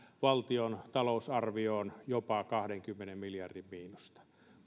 valtion talousarvioon jopa kahdenkymmenen miljardin miinusta